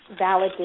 validation